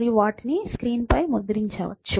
మరియు వాటిని తెరపై ముద్రించండి